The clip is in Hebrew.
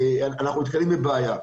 אנחנו נתקלים בבעיה.